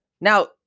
Now